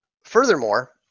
Furthermore